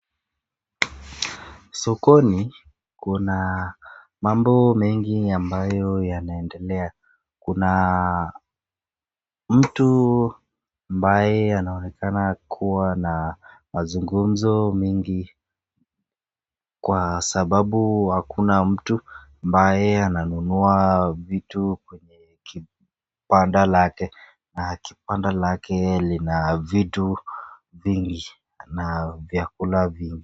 Sokoni kuna mambo mengi ambayo yanaendelea kuna mtu ambaye anaonekana kuwa na mazungumzo mingi kwa sababu hakuna mtu ambaye ananunua vitu kwa kibanda lake na kibanda lake lina vitu vingi na vyakula vingi.